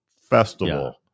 festival